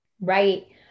Right